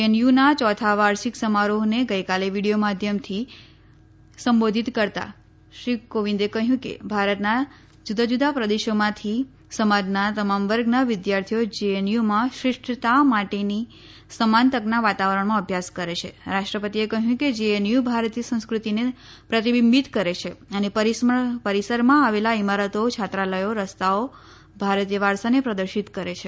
જેએનયુના ચોથા વાર્ષિક સમારોહને ગઈકાલે વિડિયો માધ્યમથી ગઈકાલે સંબોધિત કરતાં શ્રી કોવિંદે કહ્યું કે ભારતના જુદા જુદા પ્રદેશોમાંથી સમાજના તમામ વર્ગના વિદ્યાર્થીઓ જેએનયુમાં શ્રેષ્ઠતા માટેની સમાન તકના વાતાવરણમાં અભ્યાસ કરે છે રાષ્ટ્રપતિએ કહ્યું કે જેએનયુ ભારતીય સંસ્ક઼તિને પ્રતિબિંબિત કરે છે અને પરિસરમાં આવેલ ઇમારતો છાત્રાલયો રસ્તાઓ ભારતીય વારસાને પ્રદર્શિત કરે છે